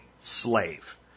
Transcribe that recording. slave